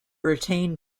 retained